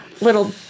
little